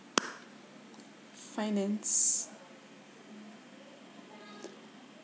finance